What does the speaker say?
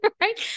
Right